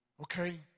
okay